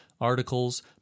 articles